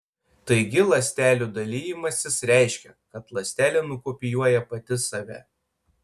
taigi ląstelių dalijimasis reiškia kad ląstelė nukopijuoja pati save